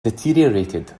deteriorated